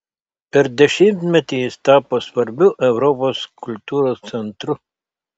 per dešimtmetį jis tapo svarbiu europos kultūros centru